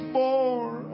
more